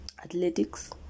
Athletics